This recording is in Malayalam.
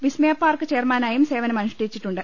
വിസ്മയപാർക്ക് ചെയർമാനായും സേവനമനുഷ്ഠിച്ചിട്ടുണ്ട്